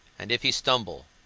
and if he stumble,